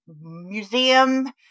museum